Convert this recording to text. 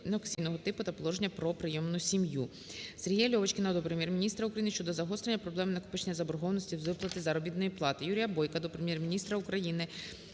Дякую.